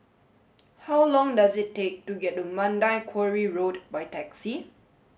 how long does it take to get to Mandai Quarry Road by taxi